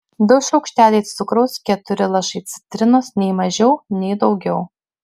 du šaukšteliai cukraus keturi lašai citrinos nei mažiau nei daugiau